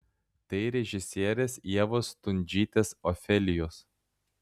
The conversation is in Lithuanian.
tai režisierės ievos stundžytės ofelijos